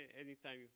Anytime